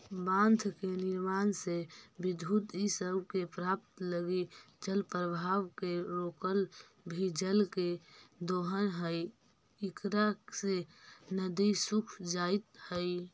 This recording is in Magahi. बाँध के निर्माण से विद्युत इ सब के प्राप्त लगी जलप्रवाह के रोकला भी जल के दोहन हई इकरा से नदि सूख जाइत हई